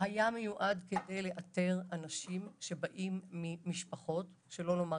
היה מיועד כדי לאתר אנשים שבאים ממשפחות שלא לומר,